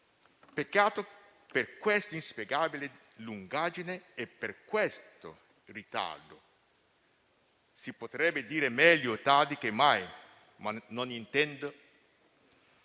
Peccato per questa inspiegabile lungaggine e per questo ritardo! Si potrebbe dire: meglio tardi che mai, ma non intendo